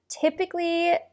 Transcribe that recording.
typically